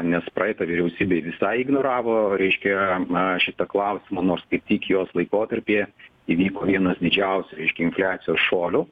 nes praeita vyriausybė visai ignoravo reiškia na šitą klausimą nors kaip tik jos laikotarpyje įvyko vienas didžiausių reiškia infliacijos šuolių